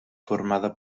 formada